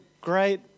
great